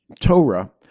Torah